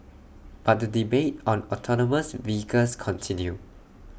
but the debate on autonomous vehicles continue